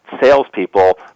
salespeople